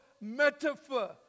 metaphor